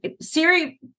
Siri